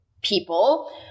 people